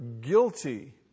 guilty